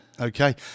Okay